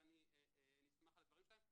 ואני נסמך על הדברים שלהם.